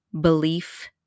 belief